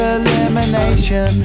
elimination